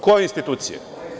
Koje institucije?